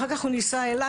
אחר כך הוא נישא לי,